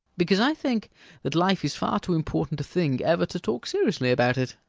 because i think that life is far too important a thing ever to talk seriously about it.